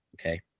okay